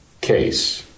case